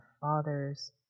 father's